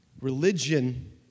religion